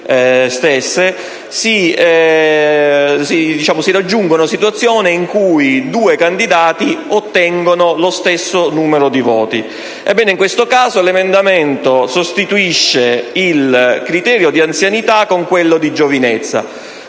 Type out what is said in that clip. si raggiungano situazioni in cui i due candidati ottengano lo stesso numero di voti. Ebbene, in questo caso l'emendamento sostituisce il criterio dell'anzianità con quello della giovinezza.